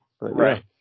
Right